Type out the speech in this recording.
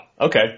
Okay